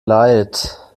leid